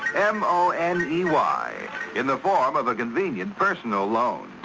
m o n e y in the form of a convenient personal loan.